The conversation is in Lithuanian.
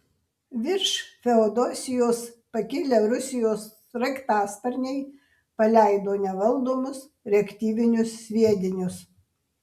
virš feodosijos pakilę rusijos sraigtasparniai paleido nevaldomus reaktyvinius sviedinius